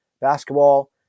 Basketball